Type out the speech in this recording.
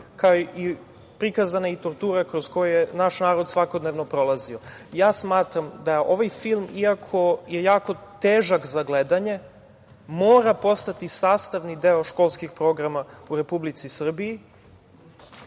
i prikazana je tortura kroz koju je naš narod svakodnevno prolazio. Ja smatram da ovaj film, iako je jako težak za gledanje, mora postati sastavni deo školskih programa u Republici Srbiji,